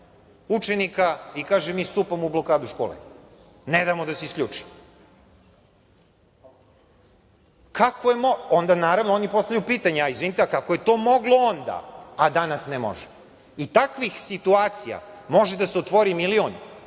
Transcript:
učenika i kaže - mi stupamo u blokadu škole, ne damo da se isključi? Onda oni naravno postavljaju pitanje - izvinite, kako je to moglo onda, a danas ne može i takvih situacija može da se otvori milion.